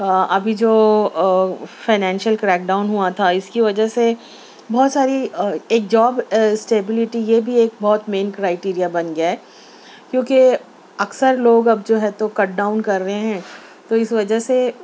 ابھی جو financial crackdown ہوا تھا اس کی وجہ سے بہت ساری ایک جاب اسٹیبلٹی یہ بھی ایک بہت مین کرائٹیریا بن گیا ہے کیونکہ اکثر لوگ اب جو ہے تو کٹ ڈاؤن کر رہے ہیں تو اس وجہ سے